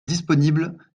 disponible